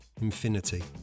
Infinity